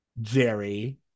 Jerry